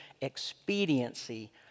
expediency